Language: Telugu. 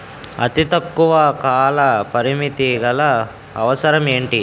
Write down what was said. అతి తక్కువ కాల పరిమితి గల అవసరం ఏంటి